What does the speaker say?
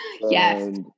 Yes